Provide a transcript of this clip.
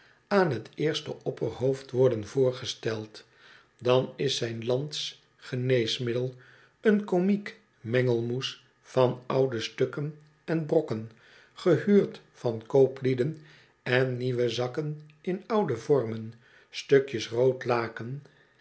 aan t eerste opperhoofd worden voorgesteld dan is zijn lands geneesmiddel een komiek mengelmoes van oude stukken en brokken gehuurd van kooplieden en nieuwe zakken in oude vormen stukjes rood laken